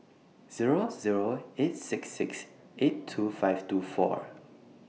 Zero Zero eight six six eight two five two four